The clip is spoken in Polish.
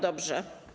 Dobrze.